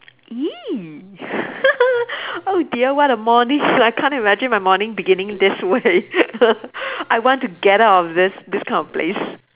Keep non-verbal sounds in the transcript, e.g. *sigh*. !ee! *laughs* oh dear what a morning I can't imagine my morning beginning this way *laughs* I want to get out of this this kind of place